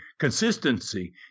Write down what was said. consistency